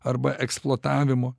arba eksploatavimo